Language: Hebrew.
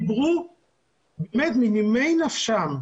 דיברו מנימי נפשם,